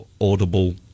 audible